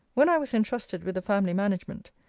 when i was intrusted with the family-management,